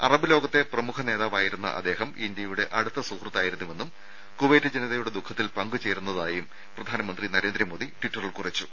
Arab ലോകത്തെ പ്രമുഖ നേതാവായിരുന്ന അദ്ദേഹം ഇന്ത്യയുടെ അടുത്ത സുഹൃത്തായിരുന്നുവെന്നും കുവൈറ്റ് ജനതയുടെ ദുഖത്തിൽ പങ്ക് ചേരുന്നതായും പ്രധാനമന്ത്രി നരേന്ദ്രമോദി ട്വിറ്ററിൽ കുറിച്ചു